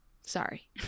sorry